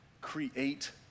Create